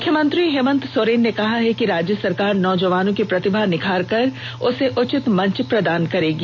मुख्यमंत्री हेमंत सोरेन ने कहा है कि राज्य सरकार नौजवानों की प्रतिभा निखारकर उसे उचित मंच प्रदान करेगी